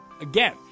Again